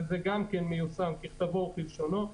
וגם זה מיושם ככתבו וכלשונו,